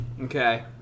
Okay